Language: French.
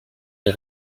les